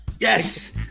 Yes